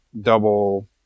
double